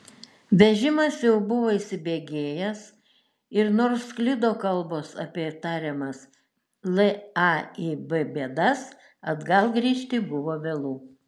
vežimas jau buvo įsibėgėjęs ir nors sklido kalbos apie tariamas laib bėdas atgal grįžti buvo vėlu